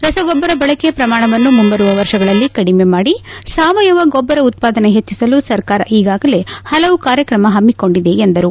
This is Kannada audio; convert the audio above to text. ರಸಗೊಬ್ಬರ ಬಳಕೆ ಪ್ರಮಾಣವನ್ನು ಮುಂಬರುವ ವರ್ಷಗಳಲ್ಲಿ ಕಡಿಮೆ ಮಾಡಿ ಸಾವಯವ ಗೊಬ್ಬರ ಉತ್ಪಾದನೆ ಹೆಚ್ಚಸಲು ಸರ್ಕಾರ ಈಗಾಗಲೇ ಹಲವು ಕಾರ್ಯಕ್ರಮ ಹಮ್ಮಿಕೊಂಡಿದೆ ಎಂದರು